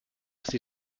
sie